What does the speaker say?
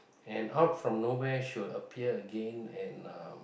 and out from nowhere she will appear again and um